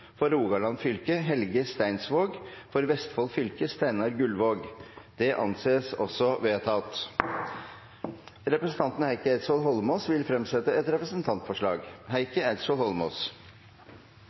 For Rogaland fylke: Helge Steinsvåg For Vestfold fylke: Steinar Gullvåg – Det anses vedtatt. Representanten Heikki Eidsvoll Holmås vil fremsette et representantforslag.